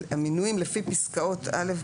המינויים לפי פסקאות א,